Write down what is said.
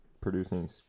producing